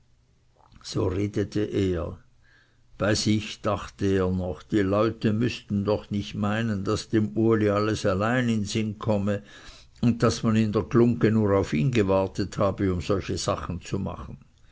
so redete er bei sich dachte er noch die leute müßten doch nicht meinen daß dem uli alles allein in sinn komme und daß man in der glungge nur auf ihn gewartet habe um solche sachen zu machen